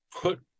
put